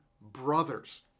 brothers